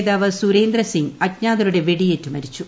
നേതാവ് സുരേന്ദ്ര സിംഗ് അജ്ഞാതരുടെ വെടിയേറ്റു മരിച്ചു